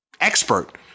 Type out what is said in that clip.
expert